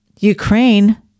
Ukraine